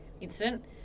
incident